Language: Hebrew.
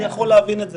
אני יכול להבין את זה.